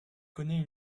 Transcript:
connait